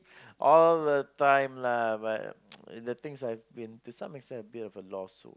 all the time lah but the things I've been to some extent a bit of a lost soul